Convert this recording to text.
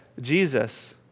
Jesus